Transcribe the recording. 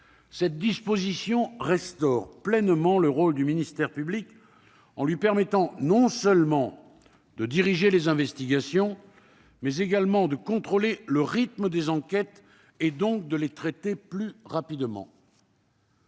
Cette disposition restaure pleinement le rôle du ministère public en lui permettant non seulement de diriger les investigations, mais également de contrôler le rythme des enquêtes et, donc, de les traiter plus rapidement.